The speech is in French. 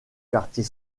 quartier